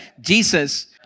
Jesus